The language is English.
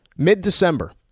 Mid-December